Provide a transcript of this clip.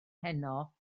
heno